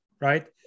right